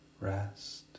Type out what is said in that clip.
rest